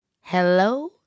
Hello